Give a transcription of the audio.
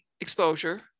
exposure